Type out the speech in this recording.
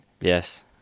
Yes